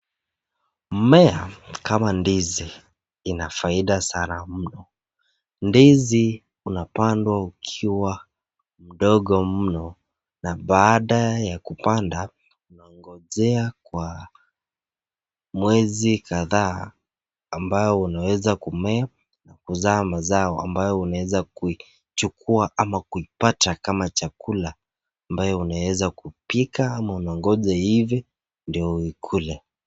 Mmea kama ndizi ina faida sana mno. Ndizi unapandwa ukiwa mdogo mno na baada ya kupanda unangojea kwa mwezi kadhaa ambayo unaweza kumea kuzaaa mazao ambayo unaweza kuichukua ama kuipata kama chakula ambayo unaweza kuipika ama unangoja iive ndio ukule.